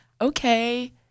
okay